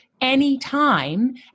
anytime